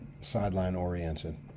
sideline-oriented